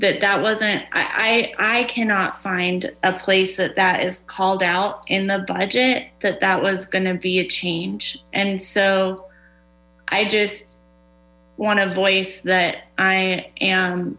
that that wasn't i cannot find a place that is called out in the budget that that was going to be a change and so i just want to voice that i am